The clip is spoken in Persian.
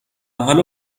حالا